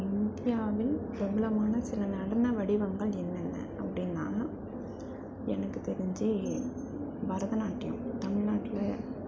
இந்தியாவில் பிரபலமான சில நடன வடிவங்கள் என்னென்ன அப்படின்னா எனக்கு தெரிஞ்சு பரதநாட்டியம் தமிழ்நாட்டில்